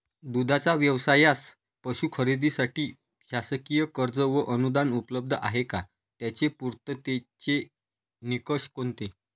दूधाचा व्यवसायास पशू खरेदीसाठी शासकीय कर्ज व अनुदान उपलब्ध आहे का? त्याचे पूर्ततेचे निकष कोणते?